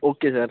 okay sir